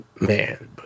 Man